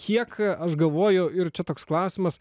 kiek aš galvoju ir čia toks klausimas